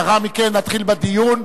לאחר מכן נתחיל בדיון.